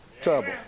trouble